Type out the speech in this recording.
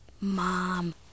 Mom